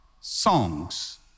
songs